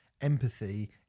empathy